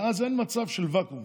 ואז אין מצב של ואקום.